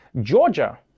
Georgia